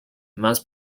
must